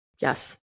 Yes